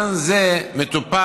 אני, ועניין זה מטופל.